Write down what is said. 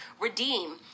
redeem